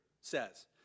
says